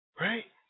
Right